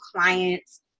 clients